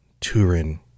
Turin